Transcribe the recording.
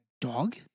Dog